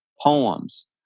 poems